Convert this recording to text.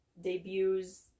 debuts